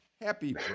happy